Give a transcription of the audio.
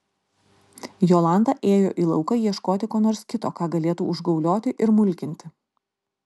jolanta ėjo į lauką ieškoti ko nors kito ką galėtų užgaulioti ir mulkinti